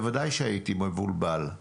בוודאי שהייתי מבולבל,